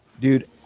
dude